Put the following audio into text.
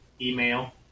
email